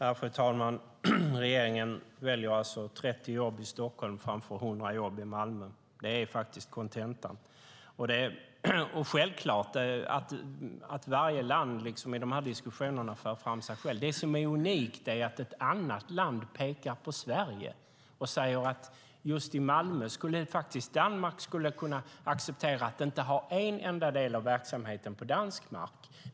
Fru talman! Regeringen väljer alltså 30 jobb i Stockholm framför 100 jobb i Malmö. Det är faktiskt kontentan. Det är självklart att varje land för fram sig självt i dessa diskussioner. Det som är unikt är att ett annat land pekar på Sverige. Danmark skulle kunna acceptera att detta läggs i Malmö och att inte ha en enda del av verksamheten på dansk mark.